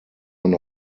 man